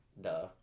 Duh